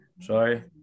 Sorry